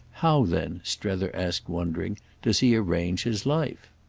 how then, strether asked wondering does he arrange his life?